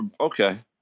okay